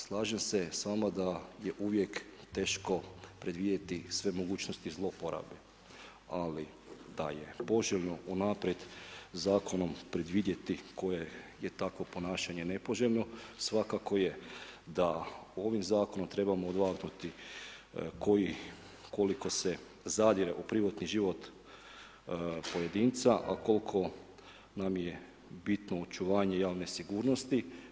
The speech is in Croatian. Slažem se s vama da je uvijek teško predvidjeti sve mogućnosti zlouporabe, ali da je poželjno unaprijed zakonom predvidjeti koje je takvo ponašanje nepoželjno, svakako je, da ovim zakonom trebamo odvagnuti, koji koliko se zadire u privatni život u pojedinca, a koliko nam je bitno očuvanje javne sigurnosti.